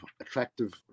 attractive